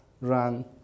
run